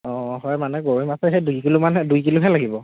অঁ হয় মানে গৰৈ মাছো হেই দুই কিলোমানহে দুই কিলোহে লাগিব